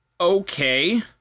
Okay